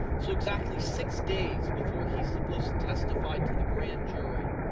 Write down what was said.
so exactly six days before he's supposed to testify to the grand jury